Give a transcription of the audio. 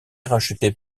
rachetée